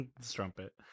Strumpet